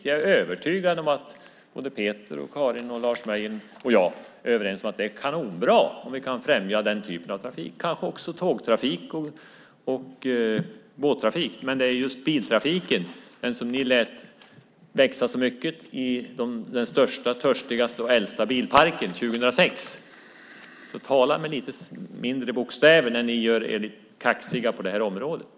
Jag är övertygad om att Peter, Karin, Lars Mejern och jag är överens om att det är kanonbra om vi kan främja den typen av trafik. Det gäller kanske också tågtrafik och båttrafik. Men det är just biltrafiken som ni lät växa så mycket i den största, törstigaste och äldsta bilparken 2006. Tala med lite mindre bokstäver när ni gör er kaxiga på området.